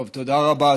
תודה רבה.